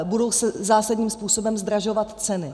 Budou se zásadním způsobem zdražovat ceny.